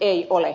eivät ole